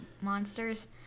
monsters